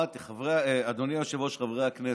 אדוני היושב-ראש, חברי הכנסת,